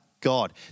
God